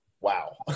Wow